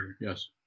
yes